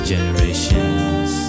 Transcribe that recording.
generations